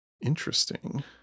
Interesting